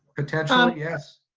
potentially um yes.